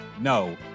No